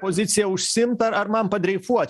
poziciją užsiimt ar ar man padreifuot